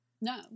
no